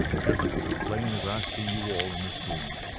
just as plain as i see you all in this room.